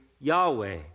Yahweh